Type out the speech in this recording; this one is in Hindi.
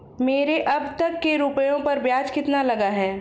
मेरे अब तक के रुपयों पर ब्याज कितना लगा है?